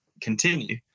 continue